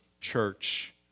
church